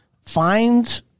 find